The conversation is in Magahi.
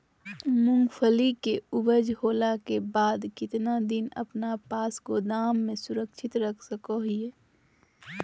मूंगफली के ऊपज होला के बाद कितना दिन अपना पास गोदाम में सुरक्षित रख सको हीयय?